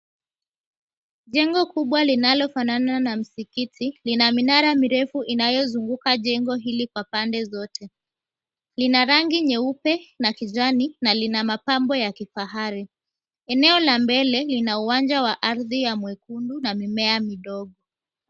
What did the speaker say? Jengo kubwa linalofanana na msikiti, lina minara mirefu inayozunguka jengo hili kwa pande zote. Lina rangi nyeupe na kijani na lina mapambo ya kifahari. Eneo la mbele lina uwanja wa ardhi ya mwekundu na mimea midogo.